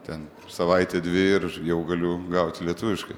ten savaitė dvi ir jau galiu gauti lietuviškai